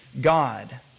God